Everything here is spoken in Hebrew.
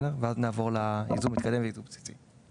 ואז נעבור לייזום המתקדם ולייזום הבסיסי.